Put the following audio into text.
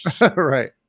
right